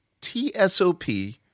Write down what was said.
T-S-O-P